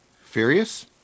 Furious